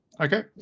Okay